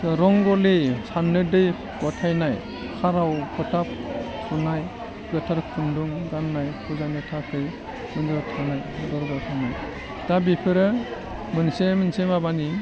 रंग'लि साननो दै गथायनाय सानाव फोथा थुनाय गोथार खुन्दुं गान्नाय फुजानि थाखाय सिन्दुर थुनाय दा बेफोरो मोनसे मोनसे माबानि